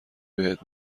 بهت